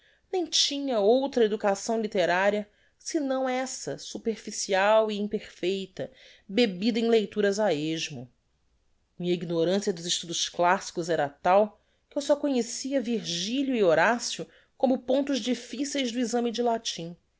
nem tinha outra educação litteraria senão essa superficial e imperfeita bebida em leituras á esmo minha ignorancia dos estudos classicos era tal que eu só conhecia virgilio e horacio como pontos difficeis do exame de latim